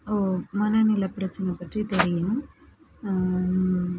ஓ மனநல பிரச்சனை பற்றி தெரியும்